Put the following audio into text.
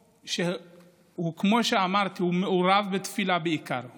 כמו שאמרתי, הוא מעורב בתפילה בעיקר.